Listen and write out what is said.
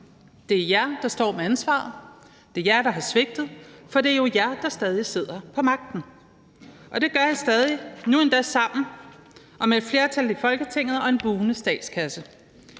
Det er jer, der står med ansvaret, det er jer, der har svigtet, for det er jo jer, der sidder på magten, og det gør I stadig, nu endda sammen og med et flertal i Folketinget og en bugnende statskasse.